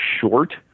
short